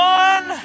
one